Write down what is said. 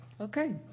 Okay